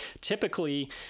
Typically